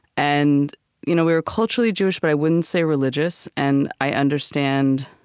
and you know we were culturally jewish, but i wouldn't say religious, and i understand